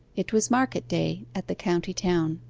it was market-day at the county-town.